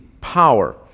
power